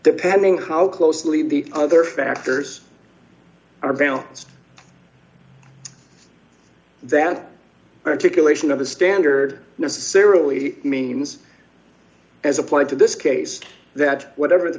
depending how closely the other factors are grounds that articulation of the standard necessarily means as applied to this case that whatever the